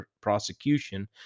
prosecution